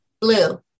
Blue